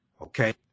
okay